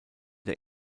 der